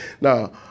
Now